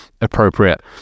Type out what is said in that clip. appropriate